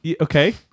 okay